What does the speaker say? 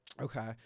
Okay